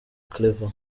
claver